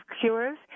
Cures